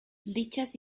dichas